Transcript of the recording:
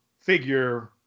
figure